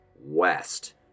west